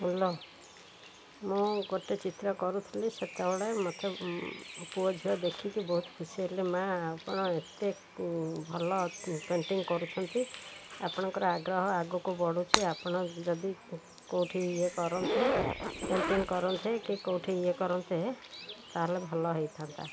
hello ମୁଁ ଗୋଟେ ଚିତ୍ର କରୁଥିଲି ସେତେବେଳେ ମୋତେ ପୁଅ ଝିଅ ଦେଖିକି ବହୁତ ଖୁସି ହେଲେ ମା' ଆପଣ ଏତେ ଭଲ ପେଣ୍ଟିଙ୍ଗ କରୁଛନ୍ତି ଆପଣଙ୍କର ଆଗ୍ରହ ଆଗକୁ ବଢ଼ୁଛି ଆପଣ ଯଦି କେଉଁଠି ଇଏ କରନ୍ତେ ପେଣ୍ଟିଙ୍ଗ କରନ୍ତେ କି କେଉଁଠି ଇଏ କରନ୍ତେ ତା'ହେଲେ ଭଲ ହେଇଥାନ୍ତା